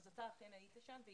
אם כן, אתה כן היית שם.